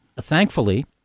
Thankfully